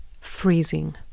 Freezing